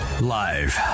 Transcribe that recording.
Live